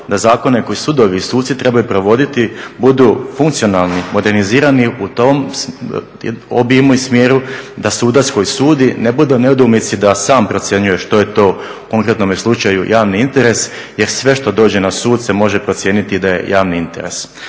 da zakone koje sudovi i suci trebaju provoditi budu funkcionalni, modernizirani, u tom obimu i smjeru da sudac koji sudi ne bude u nedoumici da sam procjenjuje što je to u konkretnome slučaju javni interes jer sve što dođe na sud se može procijeniti da je javni interes.